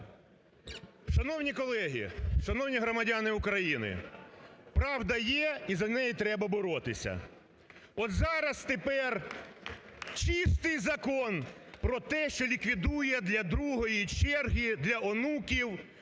Шановні колеги, шановні громадяни України, правда є і за неї треба боротися. От зараз, тепер чистий закон про те, що ліквідує для другої черги, для онуків,